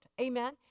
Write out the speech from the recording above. Amen